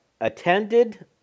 attended